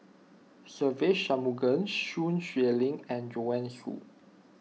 Se Ve Shanmugam Sun Xueling and Joanne Soo